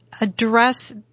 address